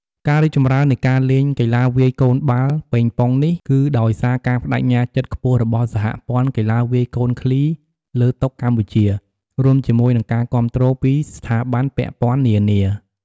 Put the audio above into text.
ការរីកចម្រើននៃការលេងកីឡាវាយកូនបាល់ប៉េងប៉ុងនេះ គឺដោយសារការប្ដេជ្ញាចិត្តខ្ពស់របស់សហព័ន្ធកីឡាវាយកូនឃ្លីលើតុកម្ពុជា រួមជាមួយនឹងការគាំទ្រពីស្ថាប័នពាក់ព័ន្ធនានា។